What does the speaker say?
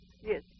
Yes